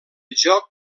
joc